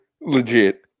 Legit